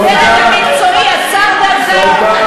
הציבורית, והדרג המקצועי עצר בעדכם.